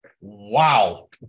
Wow